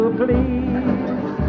please